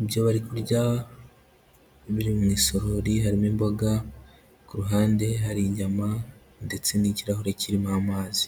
Ibyo bari kurya biri mu isorori harimo imboga, ku ruhande hari inyama ndetse n'ikirahuri kirimo amazi.